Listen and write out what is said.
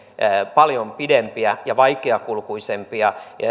paljon pidempiä ja vaikeakulkuisempia